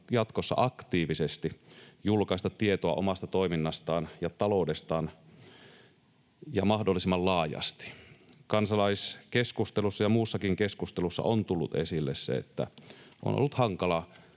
jatkossa aktiivisesti julkaista tietoa omasta toiminnastaan ja taloudestaan ja mahdollisimman laajasti. Kansalaiskeskustelussa ja muussakin keskustelussa on tullut esille se, että on ollut hankala